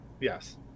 Yes